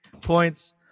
Points